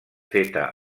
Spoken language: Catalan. feta